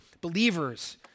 believers